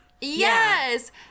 Yes